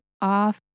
off